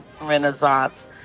Renaissance